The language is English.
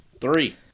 Three